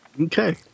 Okay